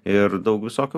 ir daug visokių